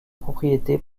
propriétés